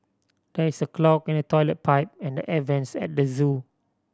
there is a clog in the toilet pipe and the air vents at the zoo